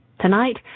Tonight